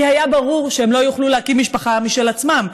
כי היה ברור שהם לא יוכלו להקים משפחה משל עצמם.